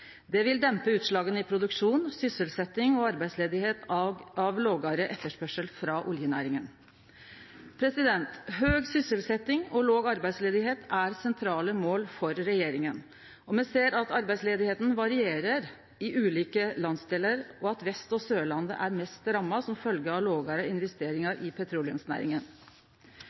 Det vil dempe utslaga i produksjon, sysselsetjing og arbeidsløyse av den lågare etterspørselen frå oljenæringa. Høg sysselsetjing og låg arbeidsløyse er sentrale mål for regjeringa. Me ser at arbeidsløysa varierer i ulike landsdelar, og at Vest- og Sørlandet er mest ramma som følgje av lågare investeringar i petroleumsnæringa.